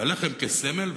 והלחם כסמל,